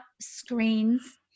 screens